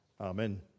Amen